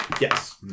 Yes